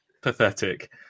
pathetic